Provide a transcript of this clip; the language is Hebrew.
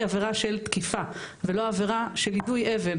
עבירה של תקיפה ולא עבירה של יידוי אבן.